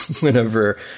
whenever